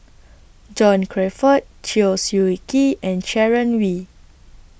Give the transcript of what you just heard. John Crawfurd Chew Swee Kee and Sharon Wee